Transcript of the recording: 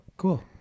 Cool